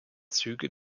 züge